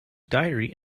diary